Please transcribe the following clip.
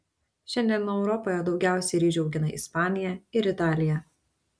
šiandien europoje daugiausiai ryžių augina ispanija ir italija